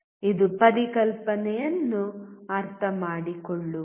ಇದು ಪರಿಕಲ್ಪನೆಯನ್ನು ಅರ್ಥಮಾಡಿಕೊಳ್ಳುವುದು